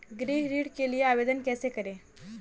गृह ऋण के लिए आवेदन कैसे करें?